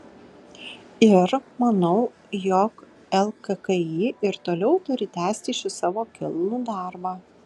ir manau jog lkki ir toliau turi tęsti šį savo kilnų darbą